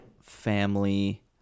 family